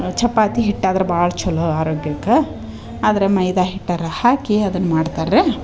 ಚಪಾತಿ ಹಿಟ್ಟಾದ್ರ ಭಾಳ್ ಚಲೋ ಆರೋಗ್ಯಕ್ಕೆ ಆದರೆ ಮೈದಾ ಹಿಟ್ಟರ ಹಾಕಿ ಅದನ್ನ ಮಾಡ್ತಾರೆ